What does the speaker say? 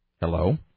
Hello